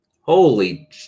Holy